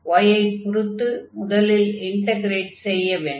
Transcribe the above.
y ஐ பொருத்து முதலில் இன்டக்ரேட் செய்ய வேண்டும்